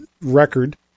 record